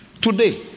Today